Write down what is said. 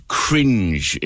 cringe